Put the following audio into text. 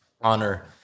honor